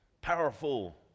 powerful